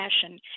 passion